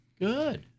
good